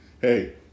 hey